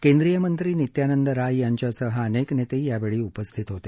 केंद्रीय मंत्री नित्यानंद राय यांच्यासह अनेक नेते यावेळी उपस्थित होते